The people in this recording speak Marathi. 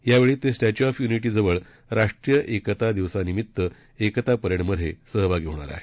या वेळी ते स्टॅच्यू ऑफ युनिटी जवळ राष्ट्रीय एकता दिवसानिमित्त एकता परेडमध्ये सहभागी होणार आहेत